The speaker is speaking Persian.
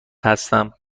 هستم